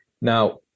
Now